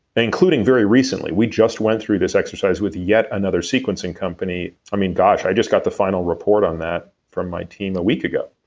including very recently. we just went through this exercise with yet another sequencing company. i mean, gosh, i just got the final report on that from my team a week ago.